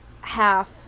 half